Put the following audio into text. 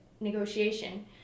negotiation